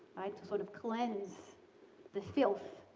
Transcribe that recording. to sort of cleanse the filth,